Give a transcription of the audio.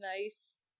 nice